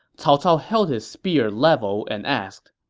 cao cao held his spear level and asked,